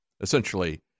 essentially